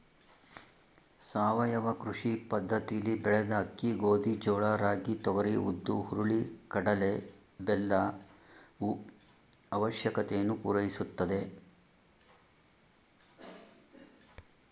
ಸಾವಯವ ಕೃಷಿ ಪದ್ದತಿಲಿ ಬೆಳೆದ ಅಕ್ಕಿ ಗೋಧಿ ಜೋಳ ರಾಗಿ ತೊಗರಿ ಉದ್ದು ಹುರುಳಿ ಕಡಲೆ ಬೆಲ್ಲವು ಅವಶ್ಯಕತೆಯನ್ನು ಪೂರೈಸುತ್ತದೆ